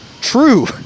True